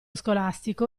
scolastico